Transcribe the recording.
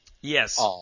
Yes